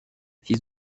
fils